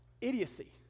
idiocy